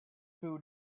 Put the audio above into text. who